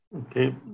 Okay